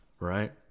right